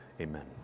Amen